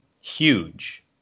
huge